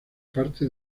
parte